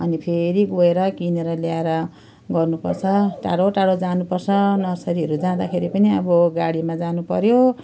अनि फेरि गएर किनेर ल्याएर गर्नु पर्छ टाढो टाढो जानु पर्छ नर्सरीहरू जाँदाखेरि पनि अब गाडीमा जानु पर्यो